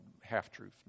half-truth